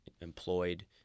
employed